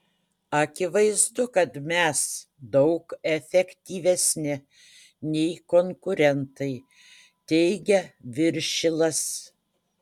akivaizdu kad mes daug efektyvesni nei konkurentai teigia viršilas